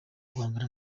guhangana